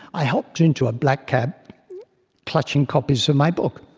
i hopped into a black cab clutching copies of my book.